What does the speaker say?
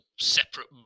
separate